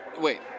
Wait